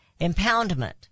Impoundment